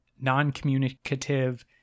non-communicative